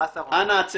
מה השר אומר?